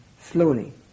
Slowly